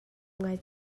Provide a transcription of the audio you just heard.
ngai